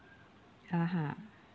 (uh huh)